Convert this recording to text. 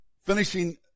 finishing